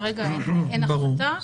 כרגע אין החלטה.